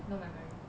no memory